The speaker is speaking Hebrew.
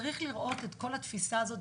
צריך לראות את כל התפיסה הזו,